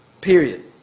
Period